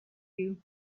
you